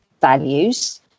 values